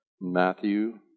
Matthew